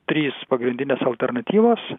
trys pagrindinės alternatyvos